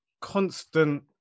constant